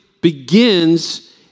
begins